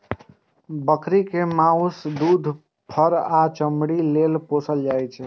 बकरी कें माउस, दूध, फर आ चमड़ी लेल पोसल जाइ छै